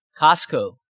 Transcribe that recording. Costco